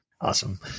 awesome